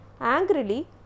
angrily